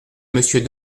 monsieur